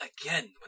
again